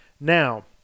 Now